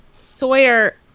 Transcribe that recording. sawyer